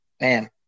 man